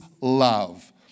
love